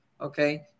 Okay